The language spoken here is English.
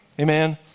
amen